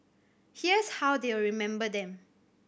here's how they will remember them